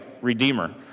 redeemer